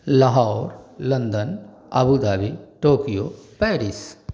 Lahore London Abu Dhabi Tokyo Paris